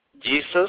Jesus